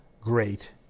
great